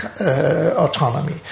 autonomy